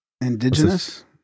indigenous